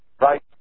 right